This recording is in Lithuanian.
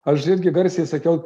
aš irgi garsiai sakiau